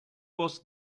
was